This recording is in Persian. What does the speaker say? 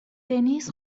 دنیس